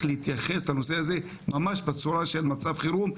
להתייחס לנושא הזה ממש בצורה של מצב חירום,